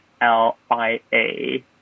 L-I-A